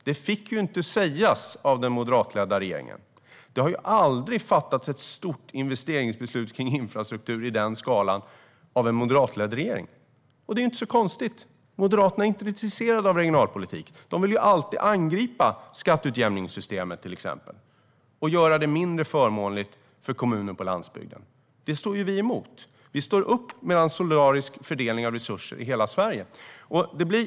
Det fick inte sägas av den moderatledda regeringen. Det har aldrig fattats ett stort investeringsbeslut om infrastruktur i den skalan av en moderatledd regering. Det är inte konstigt. Moderaterna är inte intresserade av regionalpolitik. De vill alltid angripa till exempel skatteutjämningssystemet och göra det mindre förmånligt för kommuner på landsbygden. Det står vi emot. Vi står upp för en solidarisk fördelning av resurser i hela Sverige.